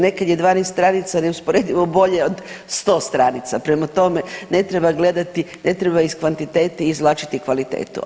Nekad je 12 stanica neusporedivo bolje od 100 stranica, prema tome ne treba gledati, ne treba iz kvantitete izvlačiti kvalitetu.